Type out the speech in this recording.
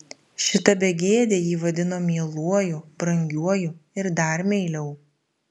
šita begėdė jį vadino mieluoju brangiuoju ir dar meiliau